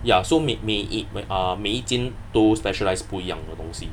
ya so 每每每一 when uh 每一间都 specialise 不一样的东西